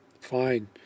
fine